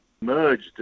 merged